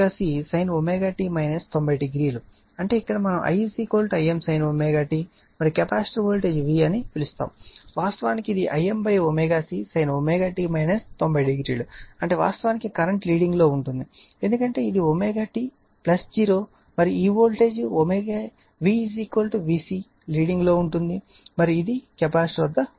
అంటే ఇక్కడ మనం I Im sin ωt మరియు కెపాసిటర్ వోల్టేజ్ V అని పిలుస్తాము వాస్తవానికి ఇది Im ω C sin ω t 900 అంటే వాస్తవానికి కరెంట్ లీడింగ్ లో ఉంటుంది ఎందుకంటే ఇది ω t 0 మరియు ఈ వోల్టేజ్ V VC లీడింగ్ లో ఉంటుంది మరియు ఇది కెపాసిటర్ వద్ద వోల్టేజ్